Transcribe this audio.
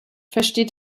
versteht